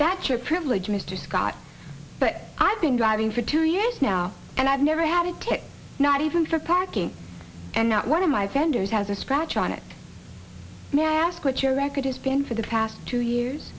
that's your privilege mr scott but i've been driving for two years now and i've never had a ticket not even for parking and not one of my fenders has a scratch on it now put your record has been for the past two years